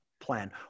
plan